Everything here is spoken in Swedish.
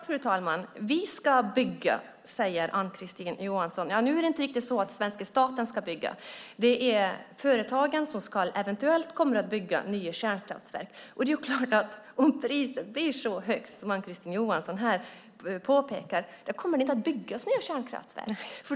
Fru talman! Vi ska bygga, säger Ann-Kristine Johansson. Men det är inte riktigt så att svenska staten ska bygga. Det är företagen som eventuellt kommer att bygga nya kärnkraftverk. Det är klart att om priset blir så högt som Ann-Kristine Johansson här påpekar så kommer det inte att byggas nya kärnkraftverk.